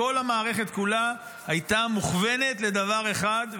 כל המערכת כולה הייתה מוכוונת לדבר אחד,